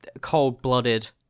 cold-blooded